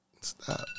Stop